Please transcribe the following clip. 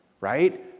right